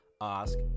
ask